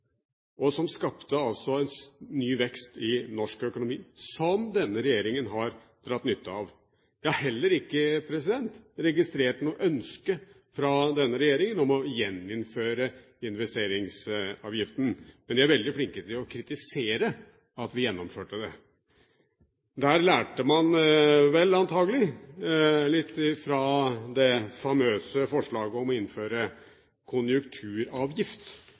noe som skapte en ny vekst i norsk økonomi, som denne regjeringen har dratt nytte av. Jeg har heller ikke registrert noe ønske fra denne regjeringen om å gjeninnføre investeringsavgiften, men de er veldig flinke til å kritisere at vi gjennomførte det. Der lærte man vel antakelig litt av det famøse forslaget om å innføre konjunkturavgift